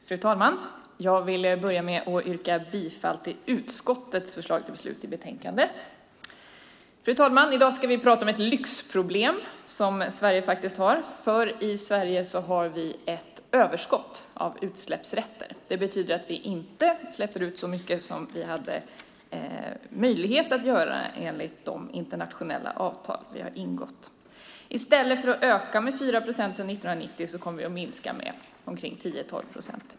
Fru talman! Jag vill börja med att yrka bifall till utskottets förslag till beslut i betänkandet. Fru talman! I dag ska vi prata om ett lyxproblem som Sverige faktiskt har, för i Sverige har vi ett överskott av utsläppsrätter. Det betyder att vi inte släpper ut så mycket som vi har möjlighet att göra enligt de internationella avtal som vi har ingått. I stället för att öka utsläppen med 4 procent sedan 1990 kommer vi att minska dem med 10-12 procent.